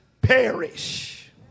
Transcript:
perish